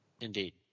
Indeed